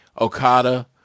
Okada